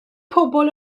pobl